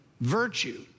virtue